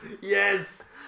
Yes